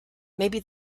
maybe